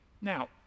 Now